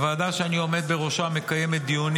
הוועדה שאני עומד בראשה מקיימת דיונים